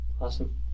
awesome